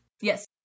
Yes